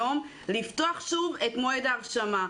לפתוח שוב את מועד ההרשמה.